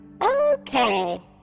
Okay